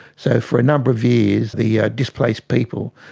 so for a number of years the displaced people,